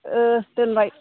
ओह दोनबाय